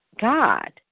God